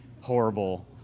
horrible